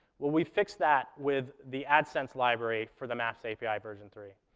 we fixed that with the adsense library for the maps api version three.